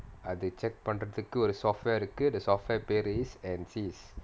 அது:athu check பண்றதுக்கு ஒரு:pandrathukku oru software இருக்கு:irukku the software பெரு:peru is encees